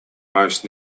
most